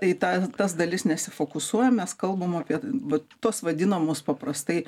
į tą tas dalis nesifokusuojam mes kalbam apie vat tuos vadinamus paprastai